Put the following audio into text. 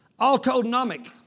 Autonomic